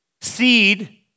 Seed